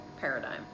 Paradigm